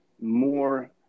more